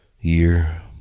year